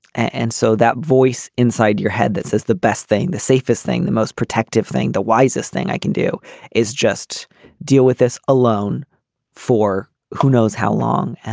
and so that voice inside your head that says the best thing the safest thing the most protective thing the wisest thing i can do is just deal with this alone for who knows how long. and